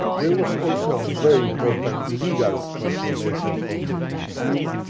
there was also a very important legal transformation of the museum.